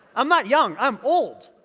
i'm not young i'm old!